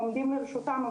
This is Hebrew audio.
עומדים לרשותם,